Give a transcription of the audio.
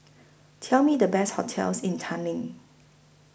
Show Me The Best hotels in Tallinn